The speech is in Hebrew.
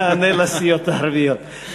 יענה לסיעות הערביות.